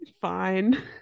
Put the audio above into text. Fine